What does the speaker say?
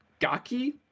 gaki